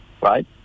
right